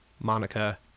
Monica